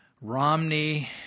Romney